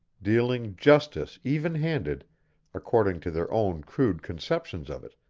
dealing justice even-handed according to their own crude conceptions of it,